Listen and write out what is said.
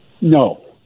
No